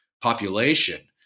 population